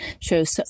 shows